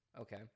Okay